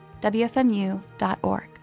WFMU.org